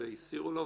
הסירו לו,